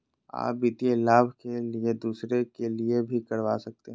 आ वित्तीय लाभ के लिए दूसरे के लिए भी करवा सकते हैं?